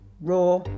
raw